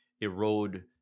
erode